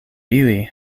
ili